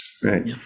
Right